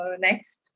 next